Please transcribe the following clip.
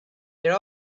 there